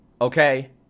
okay